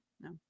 No